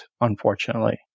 unfortunately